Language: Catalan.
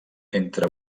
entre